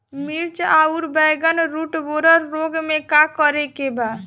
मिर्च आउर बैगन रुटबोरर रोग में का करे के बा?